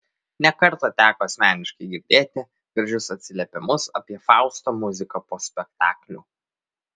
ne kartą teko asmeniškai girdėti gražius atsiliepimus apie fausto muziką po spektaklių